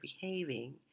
behaving